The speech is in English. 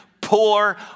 poor